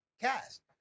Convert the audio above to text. cast